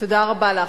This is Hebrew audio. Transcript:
תודה רבה לך.